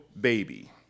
baby